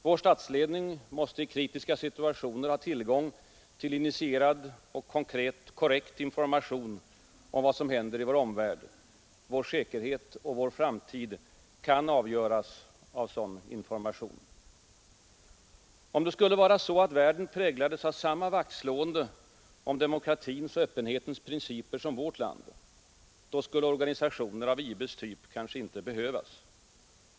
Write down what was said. Vår statsledning måste i kritiska situationer ha tillgång till initierad och korrekt information om vad som händer i vår omvärld. Vår säkerhet och vår framtid kan avgöras av sådan information. Om världen präglades av samma vaktslående om demokratins och öppenhetens principer som vårt land, då skulle organisationer av IB:s typ kanske inte behövas.